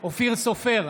אופיר סופר,